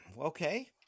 Okay